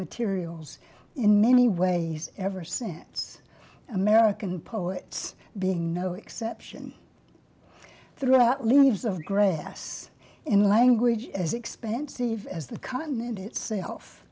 materials in many ways ever since american poets being no exception throughout lives of grass in language as expensive as the continent itself